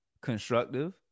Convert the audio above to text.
constructive